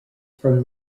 from